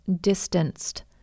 distanced